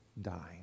dying